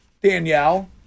Danielle